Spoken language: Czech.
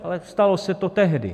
Ale stalo se to tehdy.